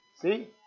See